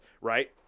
right